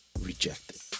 rejected